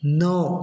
नौ